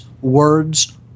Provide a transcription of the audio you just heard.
words